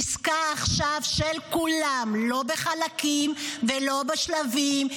עסקה עכשיו של כולם, לא בחלקים ולא בשלבים.